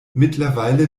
mittlerweile